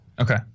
Okay